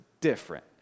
different